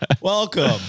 Welcome